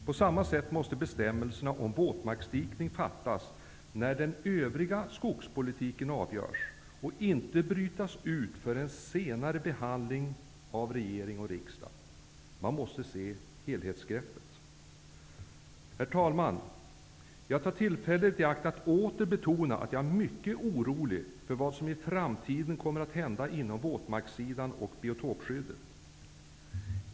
På samma sätt måste bestämmelser om våtmarksdikning fattas när den övriga skogspolitiken avgörs och inte brytas ut för en senare behandling av regering och riksdag. Man måste ta ett helhetsgrepp. Herr talman! Jag tar tillfället i akt att åter betona att jag är mycket orolig för vad som i framtiden kommer att hända när det gäller våtmarkerna och biotopskyddet.